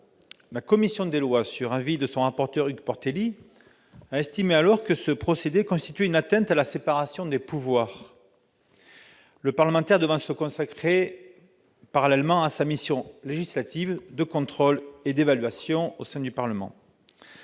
La commission des lois, sur avis de son rapporteur, Hugues Portelli, a estimé alors que ce procédé constituait une atteinte à la séparation des pouvoirs, le parlementaire devant se consacrer parallèlement à sa mission législative, de contrôle et d'évaluation au sein du Parlement.